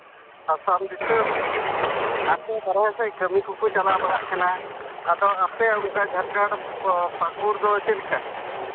ᱟᱥᱟᱢ ᱫᱤᱥᱟᱹᱢ ᱦᱟᱱᱛᱮ ᱵᱟᱦᱨᱮ ᱥᱮᱫ ᱠᱟᱹᱢᱤ ᱠᱚᱠᱚ ᱪᱟᱞᱟᱣ ᱵᱟᱲᱟᱜ ᱠᱟᱱᱟ ᱟᱫᱚ ᱟᱯᱮ ᱚᱱᱠᱟ ᱡᱷᱟᱲᱠᱷᱚᱸᱰ ᱯᱟᱸᱠᱩᱲ ᱫᱚ ᱪᱮᱫ ᱞᱮᱠᱟ